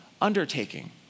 undertaking